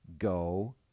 Go